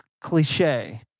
cliche